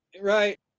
Right